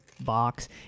box